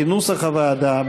כנוסח הוועדה,